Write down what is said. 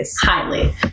Highly